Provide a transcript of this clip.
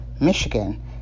Michigan